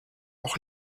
auch